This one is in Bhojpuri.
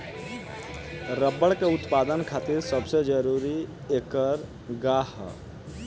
रबर के उत्पदान खातिर सबसे जरूरी ऐकर गाछ ह